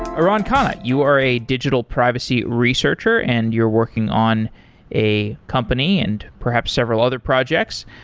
aran khanna, you are a digital privacy researcher and you're working on a company and perhaps several other projects.